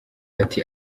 ati